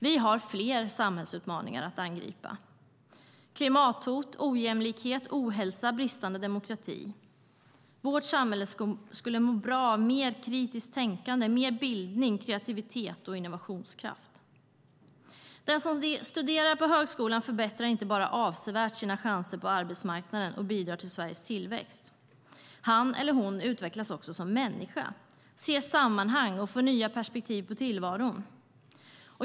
Vi har fler samhällsutmaningar att angripa - klimathot, ojämlikhet, ohälsa, bristande demokrati. Vårt samhälle skulle må bra av mer kritiskt tänkande, mer bildning, mer kreativitet och mer innovationskraft. Den som studerar på högskolan förbättrar inte bara sina chanser på arbetsmarknaden avsevärt och bidrar till Sveriges tillväxt, utan han eller hon utvecklas också som människa, ser sammanhang och får nya perspektiv på tillvaron.